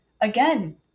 again